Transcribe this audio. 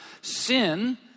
sin